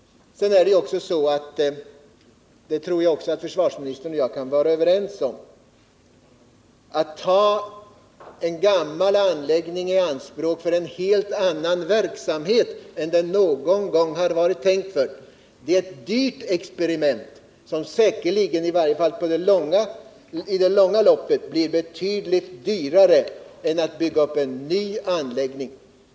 Sedan är det också så — det tror jag att försvarsministern och jag kan vara överens om — att det är ett dyrt experiment att ta en gammal anläggning i anspråk för en helt annan verksamhet än den en gång varit avsedd för, ett experiment som i varje fall i det långa loppet blir betydligt dyrare än att bygga upp en ny anläggning.